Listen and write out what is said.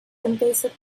invasive